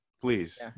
Please